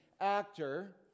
actor